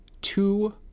two